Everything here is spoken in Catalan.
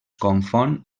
confon